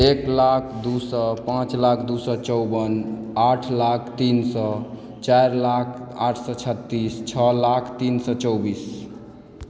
एक लाख दू सए पाँच लाख दू सए चौबन आठ लाख तीन सए चारि लाख आठ सए छत्तीस छओ लाख तीन सए चौबीस